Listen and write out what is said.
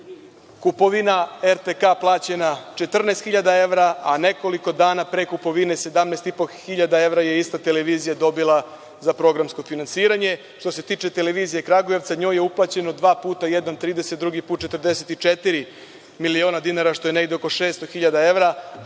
kupovina RTK plaćena 14.000 evra, a nekoliko dana pre kupovine 17.500 evra je ista televizija dobila za programsko finansiranje. Što se tiče Televizije Kragujevac njoj je uplaćeno dva puta, jednom 30.000 evra, drugi put 44 miliona dinara, što je negde oko 600.000 evra,